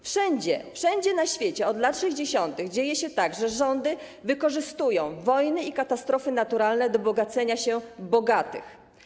Wszędzie na świecie od lat 60. dzieje się tak, że rządy wykorzystują wojny i katastrofy naturalne do bogacenia się bogatych.